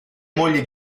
moglie